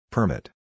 Permit